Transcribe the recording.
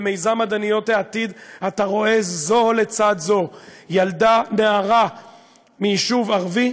במיזם מדעניות העתיד אתה רואה זו לצד זו נערה מיישוב ערבי,